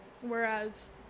whereas